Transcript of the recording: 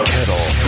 Kettle